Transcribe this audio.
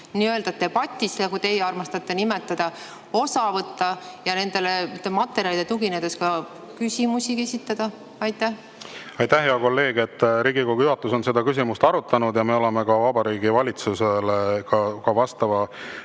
nii-öelda debatist, nagu teie armastate nimetada, osa võtta ja nendele materjalidele tuginedes ka küsimusi esitada. Aitäh, hea kolleeg! Riigikogu juhatus on seda küsimust arutanud ja me oleme ka Vabariigi Valitsusele oma